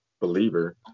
believer